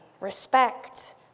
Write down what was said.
respect